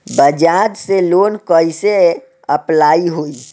बज़ाज़ से लोन कइसे अप्लाई होई?